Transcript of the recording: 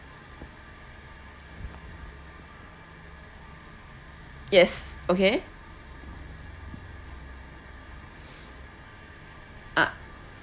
yes okay ah